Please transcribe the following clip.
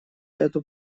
эту